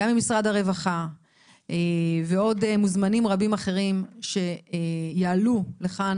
ממשרד הרווחה ועוד מוזמנים רבים אחרים שיעלו לכאן,